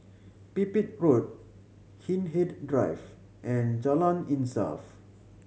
Pipit Road Hindhede Drive and Jalan Insaf